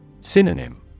Synonym